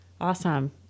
Awesome